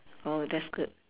oh that's good